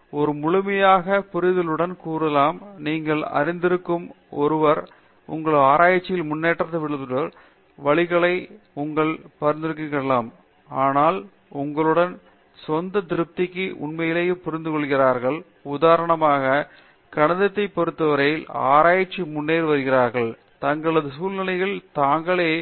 ஆனால் பொதுவாக ஒரு முழுமையான புரிதலுடன் கூறலாம் நீங்கள் அறிந்திருக்கும் ஒருவர் உங்கள் ஆராய்ச்சியில் முன்னேற்றத்தை அளவிடுவதற்கு நல்ல வழிகளை நீங்கள் பரிந்துரைக்கிறீர்கள் என்று கருதுலாம் அதனால் அவர்களுடைய சொந்த திருப்திக்கு உண்மையில் புரிந்துகொள்கிறார்கள் உதாரணமாக கணிதத்தைப் பொறுத்தவரையில் ஆராய்ச்சியில் முன்னேறி வருகிறோம் தங்களது சூழ்நிலைகளை தாங்களே